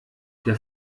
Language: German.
der